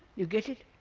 you get it?